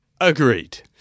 Agreed